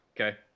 Okay